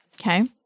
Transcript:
Okay